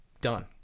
Done